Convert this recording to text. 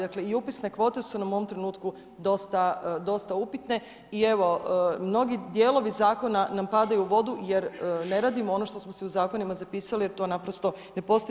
Dakle i upisne kvote su nam u ovom trenutku dosta upitne i mnogi dijelovi zakona nam padaju u vodu jer ne radimo ono što smo si u zakonima zapisali jer to naprosto ne postoji.